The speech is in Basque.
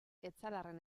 etxalarren